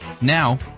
Now